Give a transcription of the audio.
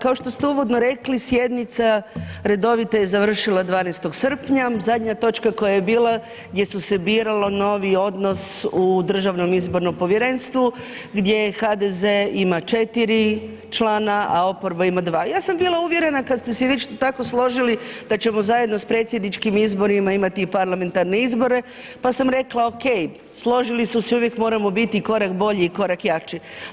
Kao što ste uvodno rekli sjednica redovita je završila 12. srpnja, zadnja točka koja je bila gdje su se biralo novi odnos u Državnom izbornom povjerenstvu gdje je HDZ ima 4 člana, a oporba ima 2. Ja sam bila uvjerena kad ste si već tako složili da ćemo zajedno s predsjedničkim izborima imati i parlamentarne izbore, pa sam rekla okej složili su se, uvijek moramo biti korak bolji i korak jači.